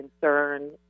concern